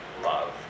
love